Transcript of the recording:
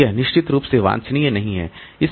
तो यह निश्चित रूप से वांछनीय नहीं है